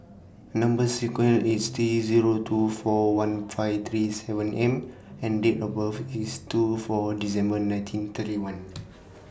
Number sequence IS T Zero two four one five three seven M and Date of birth IS two four December nineteen thirty one